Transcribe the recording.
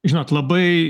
žinot labai